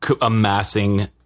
amassing